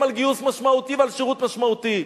על גיוס משמעותי ועל שירות משמעותי.